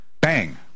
bang